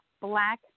black